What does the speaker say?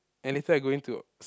and later I going to